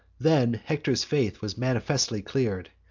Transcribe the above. then hector's faith was manifestly clear'd,